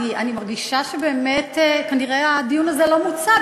אני מרגישה שבאמת כנראה הדיון הזה לא מוצה,